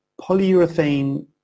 polyurethane